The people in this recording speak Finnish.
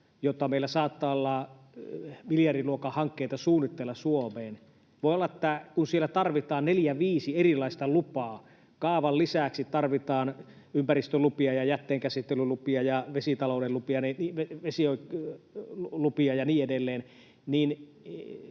meillä saattaa olla miljardiluokan hankkeita suunnitteilla Suomeen, ja voi olla, että kun siellä tarvitaan 4—5 erilaista lupaa — kaavan lisäksi tarvitaan ympäristölupia ja jätteenkäsittelylupia ja vesilupia ja niin edelleen